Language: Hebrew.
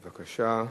בבקשה.